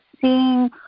seeing